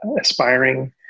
aspiring